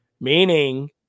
Meaning